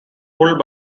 pulled